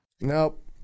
Nope